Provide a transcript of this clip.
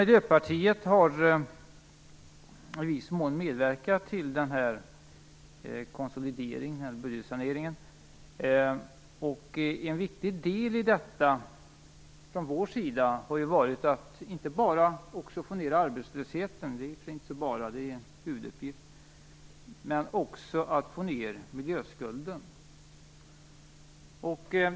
Miljöpartiet har i viss mån medverkat till konsolideringen och budgetsaneringen. En viktig del i det arbetet har från vår sida varit inte bara att få ned arbetslösheten - det är ju inte så bara utan en huvuduppgift - utan också att få ned miljöskulden.